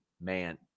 man